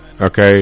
Okay